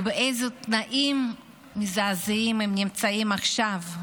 ובאילו תנאים מזעזעים הם נמצאים עכשיו,